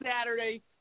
Saturday